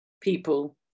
people